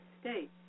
state